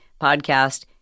podcast